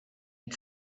had